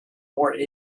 more